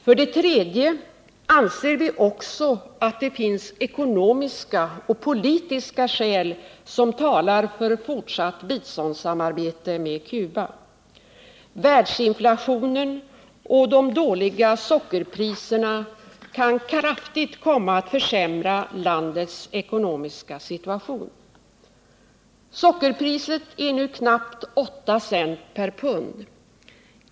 För det tredje anser vi också att det finns ekonomiska och politiska skäl som talar för fortsatt biståndssamarbete med Cuba. Världsinflationen och de dåliga sockerpriserna kan kraftigt komma att försämra landets ekonomiska situation. Sockerpriset är nu knappt 8 cent per pund.